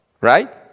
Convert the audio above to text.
Right